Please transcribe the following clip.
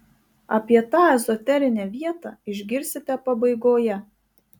apie tą ezoterinę vietą išgirsite pabaigoje